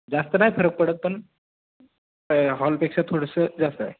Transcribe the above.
जास्त नाही फरक पडत पण हॉलपेक्षा थोडंसं जास्त आहे